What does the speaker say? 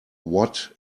what